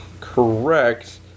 correct